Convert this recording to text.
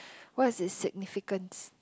what is it's significance